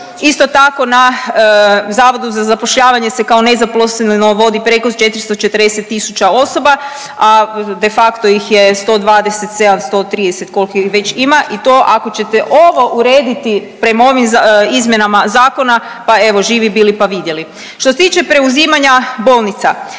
isto tako na Zavodu za zapošljavanje se kao nezaposleno vodi preko 440 tisuća osoba, a de facto ih je 127-130 kolko ih već ima i to ako ćete ovo urediti prema ovim izmjenama zakona, pa evo živi bili pa vidjeli. Što se tiče preuzimanja bolnica,